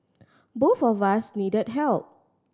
both of us needed help